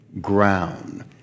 ground